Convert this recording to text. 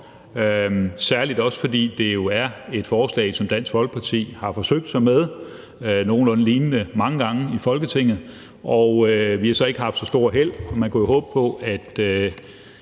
særlig også fordi det jo er et forslag, som Dansk Folkeparti har forsøgt sig med – noget nogenlunde lignende – mange gange i Folketinget. Og vi har så ikke haft så stort held. Man kunne håbe på, at